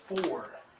four